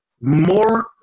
more